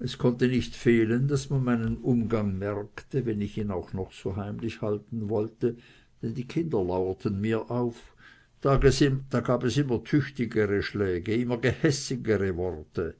es konnte nicht fehlen daß man meinen umgang merkte wenn ich ihn auch noch so heimlich halten wollte denn die kinder lauerten mir auf da gab es immer tüchtigere schläge immer gehässigere worte